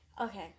Okay